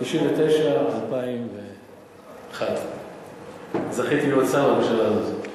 1999 2001. זכיתי להיות שר בממשלה הזאת.